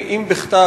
אם בכתב,